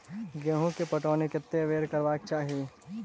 गेंहूँ केँ पटौनी कत्ते बेर करबाक चाहि?